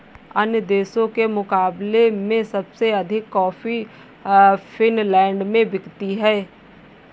अन्य देशों के मुकाबले में सबसे अधिक कॉफी फिनलैंड में बिकती है